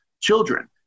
children